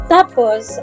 Tapos